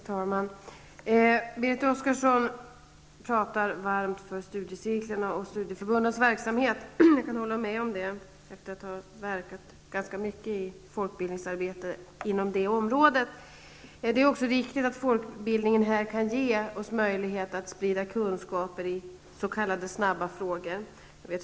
Herr talman! Berit Oscarsson pratar varmt för studiecirklarna och studieförbundens verksamhet. Jag kan hålla med om det hon säger, efter att ha verkat ganska mycket i folkbildningsarbete inom det området. Det är också viktigt att folkbildningen kan ge oss möjlighet att sprida kunskap i s.k. snabba frågor.